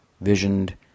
visioned